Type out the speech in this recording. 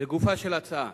לגופה של הצעה,